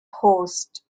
host